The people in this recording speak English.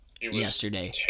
yesterday